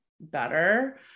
better